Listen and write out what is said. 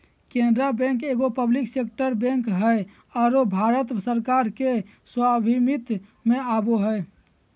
Canara bank एगो public sector bank हइ आरो भारत सरकार के स्वामित्व में आवो हइ